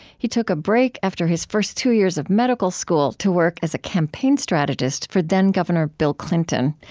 he took a break after his first two years of medical school to work as a campaign strategist for then-governor bill clinton.